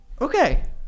Okay